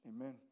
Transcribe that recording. amen